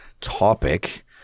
topic